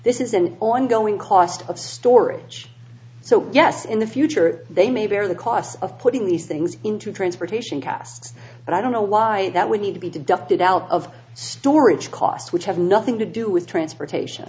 this is an ongoing cost of storage so yes in the future they may bear the cost of putting these things into transportation casks and i don't know why that would need to be deducted out of storage costs which have nothing to do with transportation